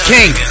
King